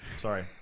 Sorry